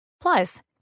Plus